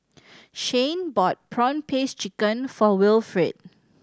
Shayne bought prawn paste chicken for Wilfrid